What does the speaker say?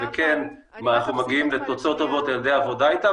וכן אנחנו מגיעים לתוצאות טובו תעל ידי עבודה איתם